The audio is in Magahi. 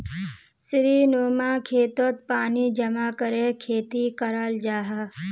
सीढ़ीनुमा खेतोत पानी जमा करे खेती कराल जाहा